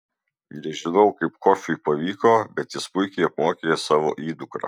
nežinau kaip kofiui pavyko bet jis puikiai apmokė savo įdukrą